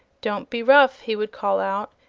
don't be rough! he would call out,